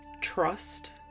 Trust